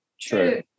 True